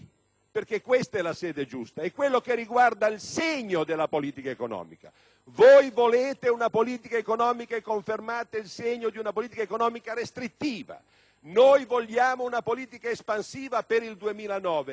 questa, infatti, è la sede giusta - riguarda il segno della politica economica. Voi volete una politica economica e confermate il segno di una politica economica restrittiva; noi vogliamo una politica espansiva per il 2009.